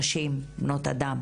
נשים, בנות אדם,